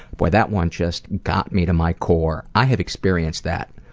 boy, that one just got me to my core. i have experienced that.